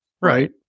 Right